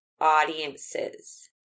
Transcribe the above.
audiences